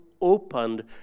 opened